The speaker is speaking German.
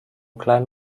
klein